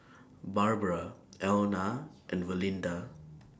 Barbara Elna and Valinda